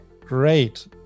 great